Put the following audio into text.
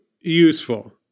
useful